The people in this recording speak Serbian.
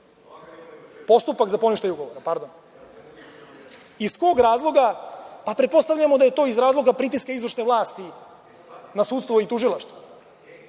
postupak za poništaj ugovora. Iz kog razloga? Pretpostavljamo da je to iz razloga pritiska izvršne vlasti na sudstvo i tužilaštvo.